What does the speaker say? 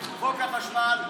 חוק החשמל,